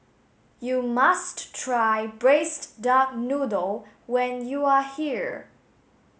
you must try braised duck noodle when you are here